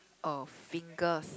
oh fingers